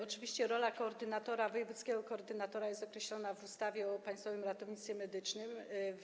Oczywiście rola wojewódzkiego koordynatora jest określona w ustawie o Państwowym Ratownictwie Medycznym.